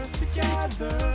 together